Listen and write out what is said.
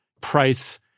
price